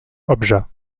objat